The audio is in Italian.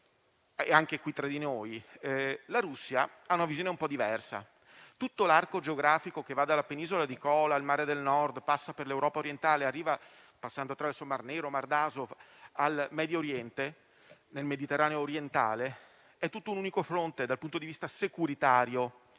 fronte ucraino, ma la Russia ha una visione un po' diversa. Per la Russia, tutto l'arco geografico che va dalla penisola di Kola al Mare del Nord, passa per l'Europa Orientale ed arriva - passando attraverso il Mar Nero e il Mar d'Azov - al Medio Oriente, nel Mediterraneo orientale, è un unico fronte dal punto di vista securitario.